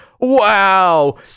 wow